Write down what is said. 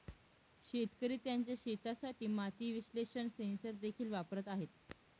शेतकरी त्यांच्या शेतासाठी माती विश्लेषण सेन्सर देखील वापरत आहेत